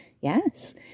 yes